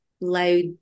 loud